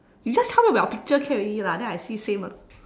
you just tell me about your picture can already lah then I see same or not